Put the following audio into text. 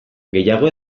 gehiago